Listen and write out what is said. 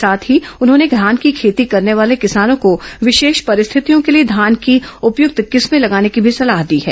साथ ही उन्होंने धान की खेती करने वाले किसानों को विशेष परिस्थितियों के लिए धान की उपयुक्त किस्में लगाने की भी सलाह दी है